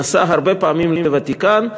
נסע הרבה פעמים לוותיקן,